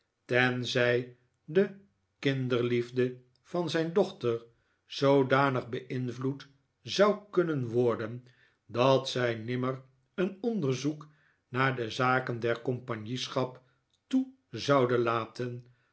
tenzij de kinderliefde van zijn dochter zoodanig beinvloed zou kunnen worden dat zij nimmer een onderzoek naar de zaken der compagnieschap toe zou laten